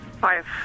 Five